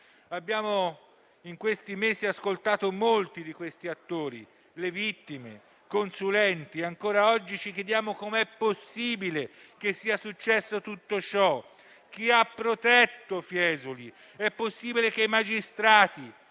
vittime. In questi mesi abbiamo ascoltato molti di quegli attori: le vittime, i consulenti. Ancora oggi ci chiediamo come è possibile che sia successo tutto ciò, chi ha protetto Fiesoli. È possibile che i magistrati,